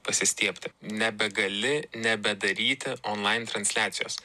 pasistiebti nebegali nebedaryti online transliacijos